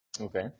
Okay